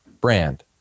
brand